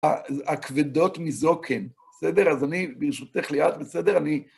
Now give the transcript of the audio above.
הכבדות מזו כן. בסדר? אז אני ברשותך ליעד, בסדר? אני...